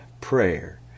prayer